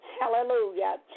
hallelujah